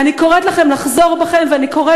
ובמקום